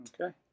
Okay